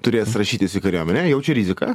turės rašytis į kariuomenę jau čia rizika